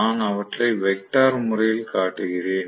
நான் அவற்றை வெக்டர் முறையில் காட்டுகிறேன்